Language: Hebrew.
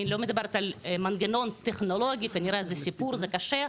אני לא מדברת על מנגנון טכנולוגי כנראה זה סיפור וקשה,